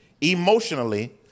emotionally